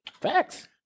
Facts